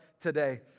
today